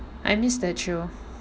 I miss that show